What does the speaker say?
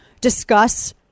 discuss